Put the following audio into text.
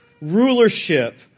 rulership